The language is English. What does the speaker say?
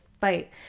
fight